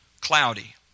cloudy